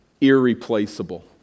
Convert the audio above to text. Irreplaceable